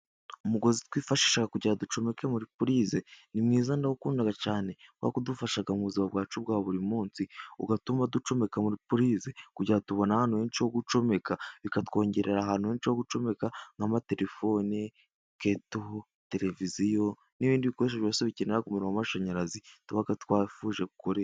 Umugozi twifashisha kugira ducomeke muri purize ,ni mwiza ndawukunda cyane, kubera ko udufasha mu buzima bwacu bwa buri munsi ,ugatuma ducomeka muri purize kugira ngo tubona ahantu ho gucomeka, bikatwongerera ahantu henshi ho gucomeka nk'amatelefone, keto, televiziyo n'ibindi bikoresho byose bikenera umuriro w'amashanyarazi tuba twifuje gukora.